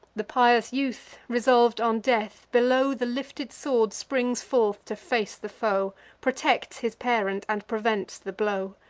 the pious youth, resolv'd on death, below the lifted sword springs forth to face the foe protects his parent, and prevents the blow.